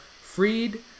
freed